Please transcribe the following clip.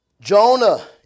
Jonah